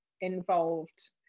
involved